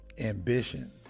Ambition